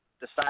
decide